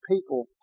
people